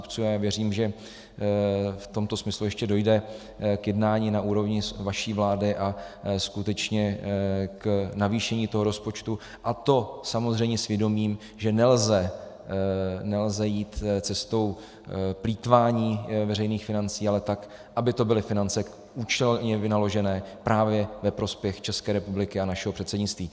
A já věřím, že v tomto smyslu ještě dojde k jednání na úrovni vaší vlády a skutečně k navýšení toho rozpočtu, a to samozřejmě s vědomím, že nelze jít cestou plýtvání veřejných financí, ale tak, aby to byly finance účelně vynaložené právě ve prospěch České republiky a našeho předsednictví.